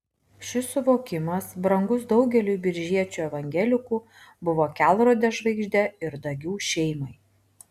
šis suvokimas brangus daugeliui biržiečių evangelikų buvo kelrode žvaigžde ir dagių šeimai